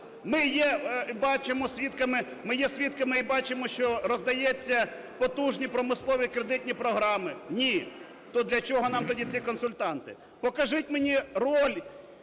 ми є свідками і бачимо, що роздаються потужні промислові кредитні програми. Ні! То для чого нам тоді консультанти. Покажіть мені роль